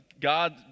God